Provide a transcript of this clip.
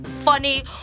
funny